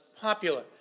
popular